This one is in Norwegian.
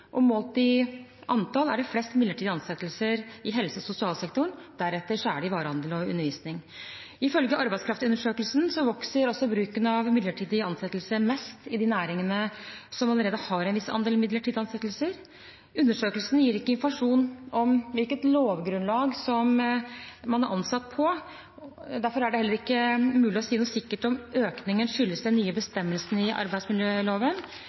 Målt i antall er det flest midlertidige ansettelser i helse- og sosialsektoren, og deretter kommer varehandelen og undervisning. Ifølge arbeidskraftundersøkelsen vokser bruken av midlertidig ansettelse mest i de næringene som allerede har en viss andel midlertidige ansettelser. Undersøkelsen gir ikke informasjon om hvilket lovgrunnlag man er ansatt på. Derfor er det heller ikke mulig å si noe sikkert om økningen skyldes den nye bestemmelsen i arbeidsmiljøloven